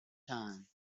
time